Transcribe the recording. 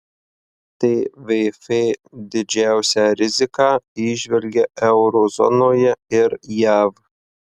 tvf didžiausią riziką įžvelgia euro zonoje ir jav